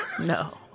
No